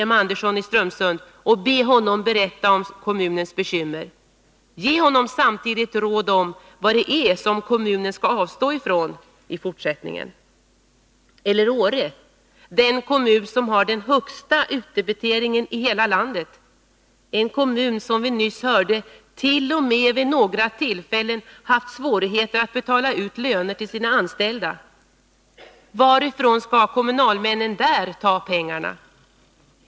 M. Andersson i Strömsund och be honom berätta om kommunens bekymmer! Ge honom samtidigt råd om vad det är som kommunen skall avstå ifrån i fortsättningen. Eller Åre, den kommun som har den högsta utdebiteringen i hela landet, en kommun som t.o.m. vid några tillfällen, som vi nyss hörde, haft svårigheter att betala ut löner till sina anställda — varifrån skall kommunalmännen där ta pengarna?